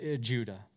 Judah